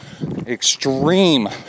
extreme